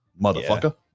motherfucker